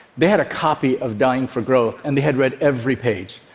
they had a copy of dying for growth, and they had read every page.